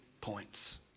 points